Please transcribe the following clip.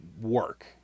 work